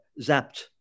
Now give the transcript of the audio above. zapped